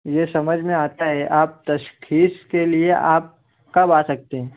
یہ سمجھ میں آتا ہے آپ تشخیص کے لیے آپ کب آ سکتے ہیں